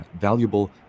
valuable